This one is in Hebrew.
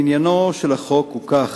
עניינו של החוק הוא כך,